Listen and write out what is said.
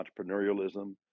entrepreneurialism